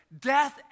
death